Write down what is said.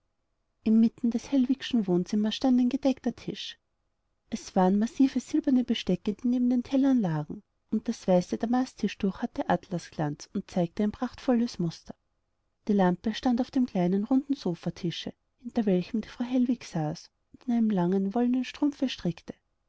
inmitten des hellwigschen wohnzimmers stand ein gedeckter tisch es waren massive silberne bestecke die neben den tellern lagen und das weiße damasttischtuch hatte atlasglanz und zeigte ein prachtvolles muster die lampe stand auf dem kleinen runden sofatische hinter welchem die frau hellwig saß und an einem langen wollenen strumpfe strickte